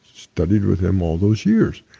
studied with him all those years